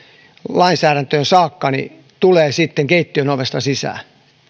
lainsäädäntöön saakka tulee sitten keittiön ovesta sisään